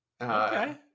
Okay